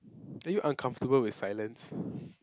are you uncomfortable with silence